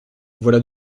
voilà